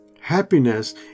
happiness